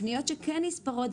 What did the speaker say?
הפניות שכן נספרות,